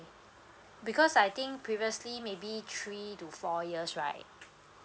because I think previously maybe three to four years right